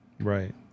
right